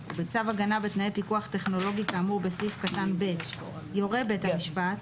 ובצו הגנה בתנאי פיקוח טכנולוגי כאמור בסעיף קטן (ב) יורה בית המשפט,